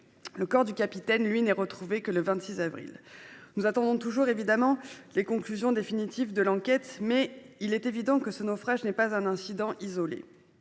Le corps du capitaine, lui, n'est retrouvé que le 26 avril. Nous attendons toujours les conclusions définitives de l'enquête, mais il est évident que ce naufrage n'est pas un incident isolé.